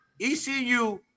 ECU